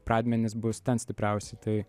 pradmenys bus ten stipriausi tai